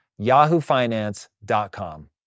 yahoofinance.com